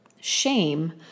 Shame